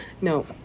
No